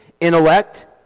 intellect